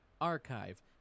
archive